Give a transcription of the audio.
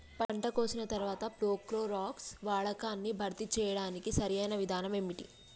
పంట కోసిన తర్వాత ప్రోక్లోరాక్స్ వాడకాన్ని భర్తీ చేయడానికి సరియైన విధానం ఏమిటి?